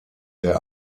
der